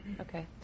okay